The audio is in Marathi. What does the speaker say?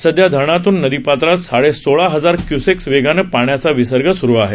सध्या धरणातून नदीपात्रात साडे सोळा हजार क्य्सेक्स वेगानं पाण्याचा विसर्ग सुरु आहे